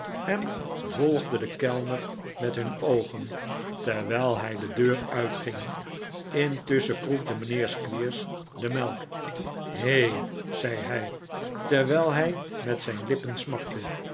en volgden den kellner met hun oogen terwijl hij de deur uitging intusschen proefde mijnheer squeers de melk he zei hij terwijl hij met zijn lippen smakte